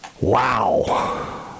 Wow